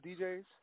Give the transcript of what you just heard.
DJs